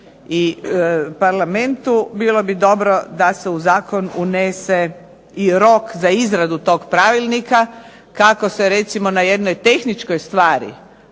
i Parlamentu, bilo bi dobro da se u zakon unese i rok za izradu toga pravilnika, kako se recimo na jednoj tehničkoj stvari,